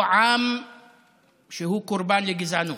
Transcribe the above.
או עם שהוא קורבן לגזענות.